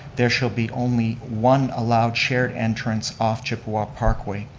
there shall be only one allowed shared entrance off chippewa parkway.